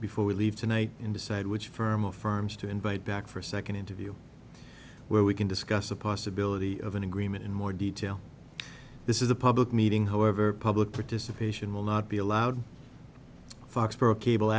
before we leave tonight in decide which firm of firms to invite back for a second interview where we can discuss the possibility of an agreement in more detail this is a public meeting however public participation will not be allowed foxborough cable